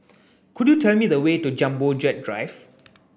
could you tell me the way to Jumbo Jet Drive